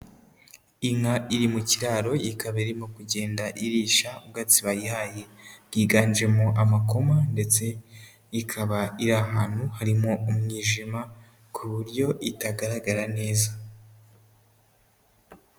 Inka iri mu kiraro, ikaba irimo kugenda irisha ubwatsi bayihaye, bwiganjemo amakoma ndetse ikaba iri ahantu harimo umwijima ku buryo itagaragara neza.